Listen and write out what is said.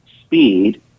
speed